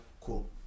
cool